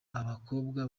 abakobwa